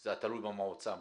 שזה תלוי במועצה המקומית?